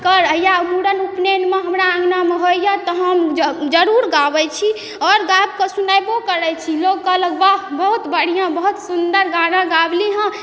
कर या मुरन उपनयनमे हमरा अँगनामे होइ यऽ तऽ हम जरूर गाबय छी आओर गाबि कऽ सुनायबो करय छी लोग कहलक वाह बहुत बढ़िआँ बहुत सुन्दर गाना गाबलि हँ